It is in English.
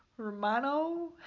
Romano